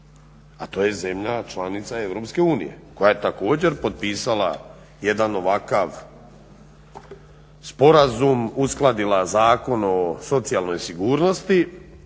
A to je zemlja članica Europske unije koja je također potpisala jedan ovakav sporazum, uskladila Zakon o socijalnoj sigurnosti.